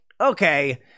okay